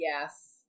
Yes